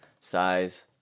size